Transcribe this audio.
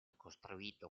costruito